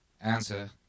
Answer